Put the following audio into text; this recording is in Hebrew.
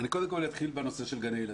אני קודם כל אתחיל בנושא של גני הילדים.